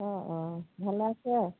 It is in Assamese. অঁ অঁ ভালে আছে